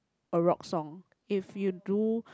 a rock song if you do